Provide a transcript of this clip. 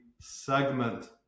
segment